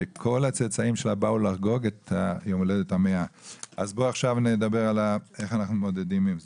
שכל הצאצאים שלה באו כדי לחגוג לה יום הולדת 100. אז בואו עכשיו נדבר על איך אנחנו מתמודדים עם זה.